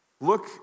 Look